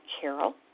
carol